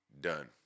Done